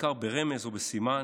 בעיקר ברמז או בסימן.